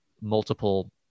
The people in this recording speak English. multiple